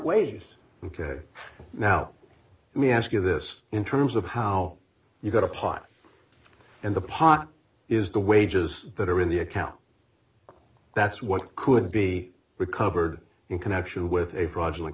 ways ok now let me ask you this in terms of how you got a part in the pot is the wages that are in the account that's what could be recovered in connection with a project